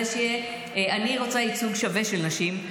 אני רוצה ייצוג שווה של נשים,